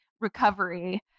recovery